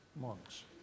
monks